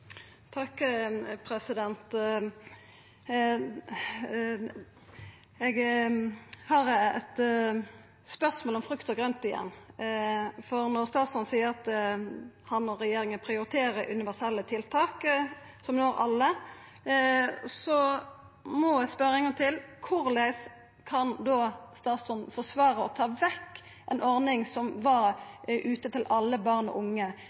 Eg har igjen eit spørsmål om frukt, for når statsråden seier at han og regjeringa prioriterer universelle tiltak som når alle, må eg spørja ein gong til: Korleis kan då statsråden forsvara å ta vekk ei ordning som var til alle barn og unge?